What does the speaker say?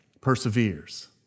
perseveres